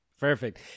Perfect